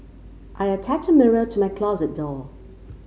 I attached a mirror to my closet door